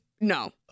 No